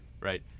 right